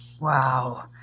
Wow